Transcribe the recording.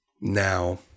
Now